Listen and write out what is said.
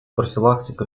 профилактика